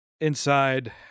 inside